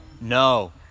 No